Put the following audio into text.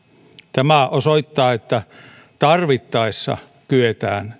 tämä osoittaa että tarvittaessa kyetään